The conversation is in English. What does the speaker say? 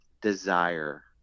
desire